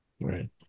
Right